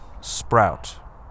sprout